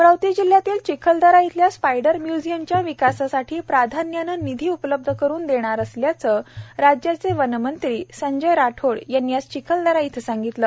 अमरावती जिल्ह्यातील चिखलदरा इथल्या स्पायडर म्य्झियमच्या विकासासाठी प्राधान्याने निधी उपलब्ध करून देणार असल्याचे राज्याचे वनमंत्री संजय राठोड यांनी आज चिखलदरा येथे सांगितले